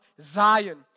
Zion